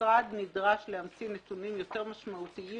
המשרד נדרש להמציא נתונים יותר משמעותיים